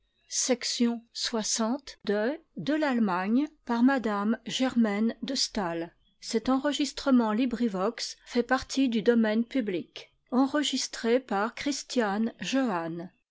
de m de